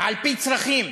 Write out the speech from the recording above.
על-פי צרכים,